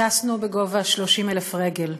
טסנו בגובה 30,000 רגל.